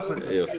אליו.